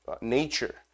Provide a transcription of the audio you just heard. nature